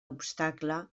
obstacle